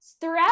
Throughout